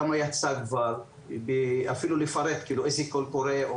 כמה יצא כבר ואפילו לפרט איזה קול קורא או